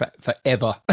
forever